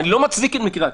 אני לא מצדיק את מקרה הקיצון,